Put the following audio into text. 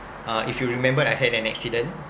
uh if you remember I had an accident